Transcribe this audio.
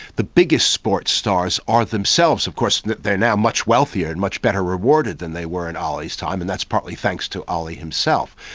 the biggest sports stars are themselves of course, they're now much wealthier and much better rewarded than they were in ali's time, and that's partly thanks to ali himself.